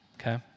okay